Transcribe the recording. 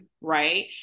right